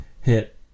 hit